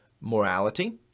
morality